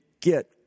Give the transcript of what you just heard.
get